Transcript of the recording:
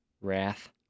wrath